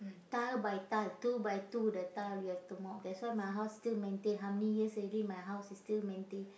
tile by tile two by two te tile you have to mop that's why my house still maintain how many years already my house is still maintain